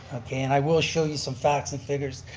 and i will show you some facts and figures